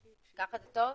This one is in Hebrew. רבים.